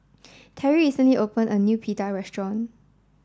Terrie recently opened a new Pita Restaurant